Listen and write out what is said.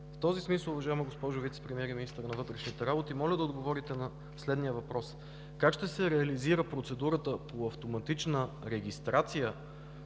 В този смисъл, уважаема госпожо Вицепремиер и министър на вътрешните работи, моля да отговорите на следния въпрос: как ще се реализира процедурата по автоматична служебна регистрация